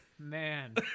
Man